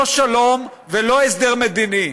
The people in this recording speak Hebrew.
לא שלום ולא הסדר מדיני.